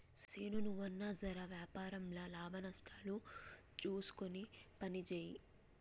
సీనూ, నువ్వన్నా జెర వ్యాపారంల లాభనష్టాలు జూస్కొని పనిజేయి